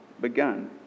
begun